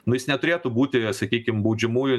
na jis neturėtų būti sakykim baudžiamųjų